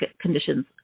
conditions